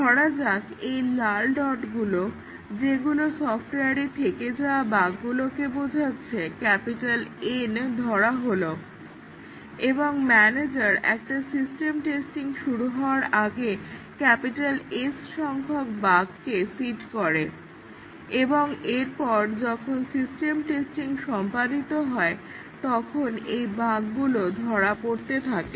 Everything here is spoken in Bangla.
ধরা যাক এই লাল ডটগুলোকে যেগুলো সফট্ওয়ারে থেকে যাওয়া বাগগুলোকে বোঝাচ্ছে N ধরা হলো এবং ম্যানেজার একটা সিস্টেম টেস্টিং শুরু হওয়ার আগে S সংখ্যক বাগকে সিড করে এবং এরপর যখন সিস্টেম টেস্টিং সম্পাদিত হয় তখন এই বাগগুলো ধরা পড়তে থাকে